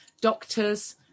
doctors